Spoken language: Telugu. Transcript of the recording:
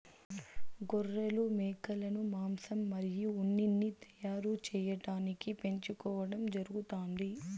గొర్రెలు, మేకలను మాంసం మరియు ఉన్నిని తయారు చేయటానికి పెంచుకోవడం జరుగుతాంది